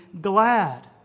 glad